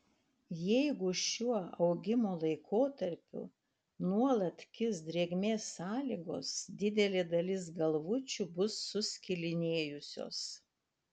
jeigu šiuo augimo laikotarpiu nuolat kis drėgmės sąlygos didelė dalis galvučių bus suskilinėjusios